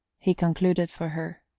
he concluded for her.